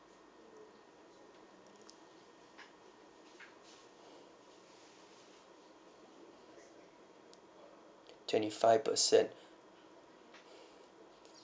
twenty five percent